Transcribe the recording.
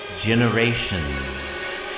Generations